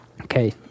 Okay